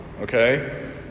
okay